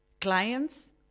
clients